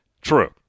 True